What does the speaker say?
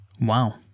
Wow